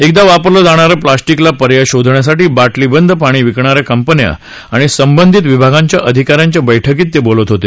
एकदा वापरलं जाणाऱ्या पॅल्स्टिकला पर्याय शोधण्यासाठी बाटली बंद पाणी विकणाऱ्या कंपन्या आणि संबंधित विभागांच्या आधिकाऱ्यांच्या बैठकीत ते बोलत होते